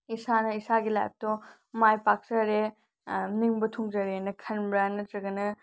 ꯏꯁꯥꯅ ꯏꯁꯥꯒꯤ ꯂꯥꯏꯐꯇꯣ ꯃꯥꯏ ꯄꯥꯛꯆꯔꯦ ꯅꯤꯡꯕ ꯊꯨꯡꯖꯔꯦꯅ ꯈꯟꯕ꯭ꯔꯥ ꯅꯠꯇ꯭ꯔꯒꯅ